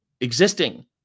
existing